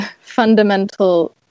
fundamental